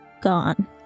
gone